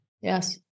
Yes